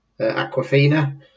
Aquafina